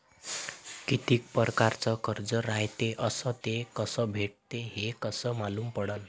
कितीक परकारचं कर्ज रायते अस ते कस भेटते, हे कस मालूम पडनं?